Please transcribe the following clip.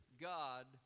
god